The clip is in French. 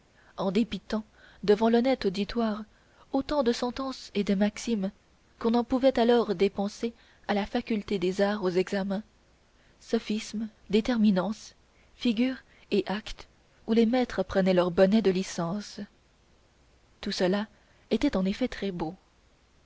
en débitant devant l'honnête auditoire autant de sentences et de maximes qu'on en pouvait alors dépenser à la faculté des arts aux examens sophismes déterminances figures et actes où les maîtres prenaient leurs bonnets de licence tout cela était en effet très beau